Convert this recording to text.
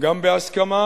גם בהסכמה